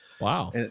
wow